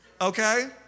Okay